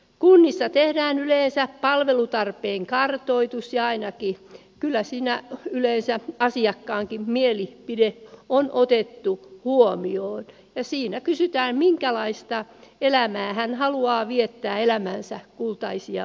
kunnissa tehdään yleensä palvelutarpeen kartoitus ja kyllä siinä ainakin yleensä asiakkaankin mielipide on otettu huomioon ja siinä kysytään minkälaista elämää hän haluaa viettää elämänsä kultaisina vuosina